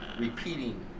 Repeating